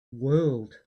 world